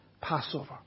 Passover